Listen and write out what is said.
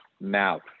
mouth